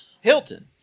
Hilton